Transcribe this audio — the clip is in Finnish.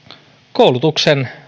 koulutuksen